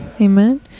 amen